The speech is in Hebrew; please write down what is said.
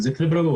זה מזיק לבריאות.